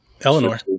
Eleanor